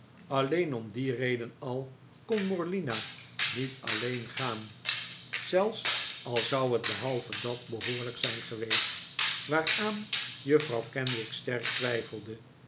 alleen om die reden al kon morlina niet alleen gaan zelfs al zou het behalve dat behoorlijk zijn geweest waaraan juffrouw kenwigs sterk twijfelde